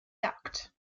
duct